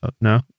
no